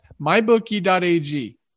MyBookie.ag